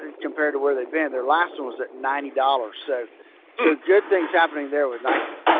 ah compared to where they've been. their last one was at ninety dollars, so good things happening there with nike.